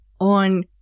on